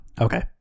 Okay